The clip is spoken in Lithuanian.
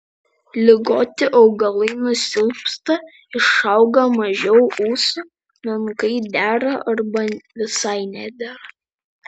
ligoti augalai nusilpsta išauga mažiau ūsų menkai dera arba visai nedera